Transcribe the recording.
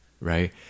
right